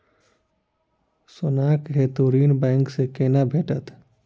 सोनाक हेतु ऋण बैंक सँ केना भेटत?